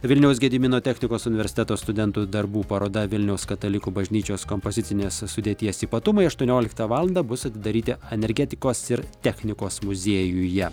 vilniaus gedimino technikos universiteto studentų darbų paroda vilniaus katalikų bažnyčios kompozicinės sudėties ypatumai aštuonioliktą valandą bus atidaryti energetikos ir technikos muziejuje